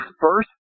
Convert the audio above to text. first